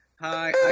Hi